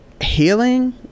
healing